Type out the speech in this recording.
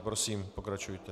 Prosím, pokračujte.